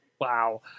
Wow